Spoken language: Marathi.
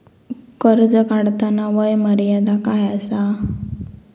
कर्ज काढताना वय मर्यादा काय आसा?